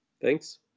thanks